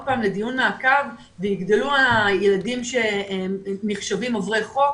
פעם לדיון מעקב ויגדל מספר הילדים שנחשבים עוברי חוק